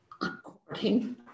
according